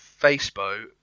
Facebook